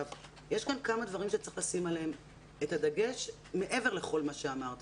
יש כאן כמה דברים שצריך לשים עליהם את הדגש מעבר לכל מה שאמרתם.